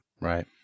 Right